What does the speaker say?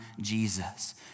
Jesus